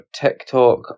TikTok